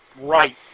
right